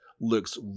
looks